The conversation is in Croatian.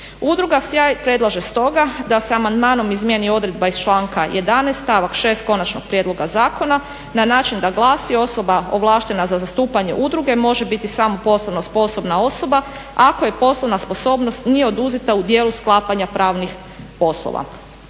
Udruga Sjaj predlaže stoga da se amandmanom izmijeni odredba iz članka 11. stavak 6. Konačnog prijedloga zakona na način da glasi: "Osoba ovlaštena za zastupanje udruge može biti samo poslovno sposobna osoba ako joj poslovna sposobnost nije oduzeta u djelu sklapanja pravnih poslova.".